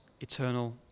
eternal